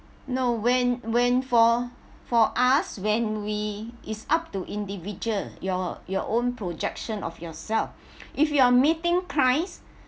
no when when for for us when we it's up to individual your your own projection of yourself if you are meeting clients